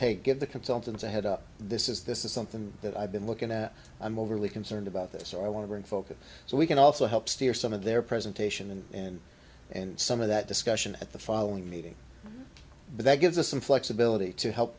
take give the consultants i had this is this is something that i've been looking at i'm overly concerned about this i want to bring focus so we can also help steer some of their presentation in and and some of that discussion at the following meeting but that gives us some flexibility to help